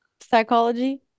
Psychology